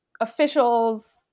officials